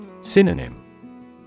Synonym